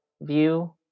view